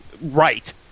right